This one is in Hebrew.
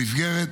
במסגרת